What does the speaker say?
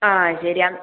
ആ ശരിയാണ്